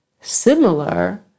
similar